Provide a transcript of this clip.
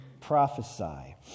prophesy